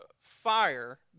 Fire